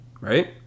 right